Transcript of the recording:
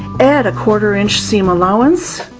add a quarter inch seam allowance,